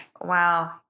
Wow